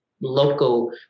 local